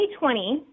2020